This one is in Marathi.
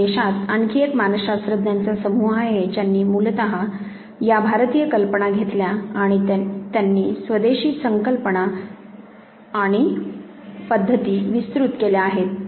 आणि देशात आणखी एक मानसशास्त्रज्ञांचा समूह आहे ज्यांनी मूलतः या भारतीय कल्पना घेतल्या आणि त्यांनी स्वदेशी संकल्पना आणि पद्धती विस्तृत केल्या आहेत